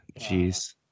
Jeez